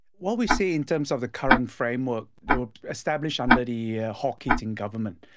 what we see in terms of the current framework that were established under the yeah hawke-keating government,